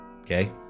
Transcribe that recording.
okay